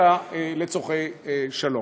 אלא לצורכי שלום.